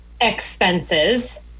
expenses